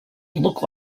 look